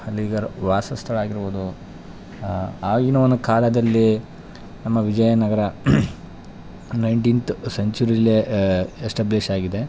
ಅಲ್ಲಿಗಾರ ವಾಸ ಸ್ಥಳಗಳಾಗಿರ್ಬೋದು ಆಗಿನ ಒನ್ ಕಾಲದಲ್ಲಿ ನಮ್ಮ ವಿಜಯನಗರ ನೈನ್ಟೀಂತ್ ಸೆಂಚುರಿಲಿ ಎಸ್ಟಾಬ್ಲಿಷ್ ಆಗಿದೆ